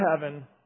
heaven